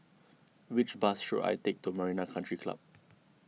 which bus should I take to Marina Country Club